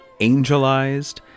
angelized